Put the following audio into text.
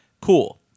cool